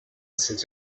six